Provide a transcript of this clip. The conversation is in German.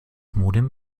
modem